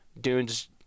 Dune's